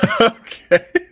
Okay